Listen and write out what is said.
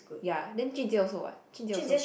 ya then jun-jie also what jun-jie also okay